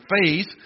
faith